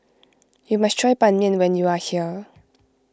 you must try Ban Mian when you are here